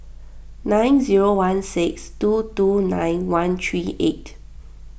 nine zero one six two two nine one three eight